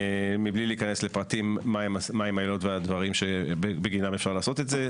מבלי להיכנס לפרטים מה הם העילות והדברים שבגינם אפשר לעשות את זה,